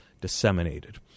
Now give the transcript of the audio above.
disseminated